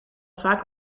vaak